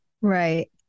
Right